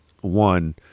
one